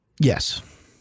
Yes